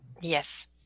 Yes